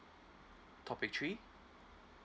topic three